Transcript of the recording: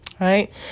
Right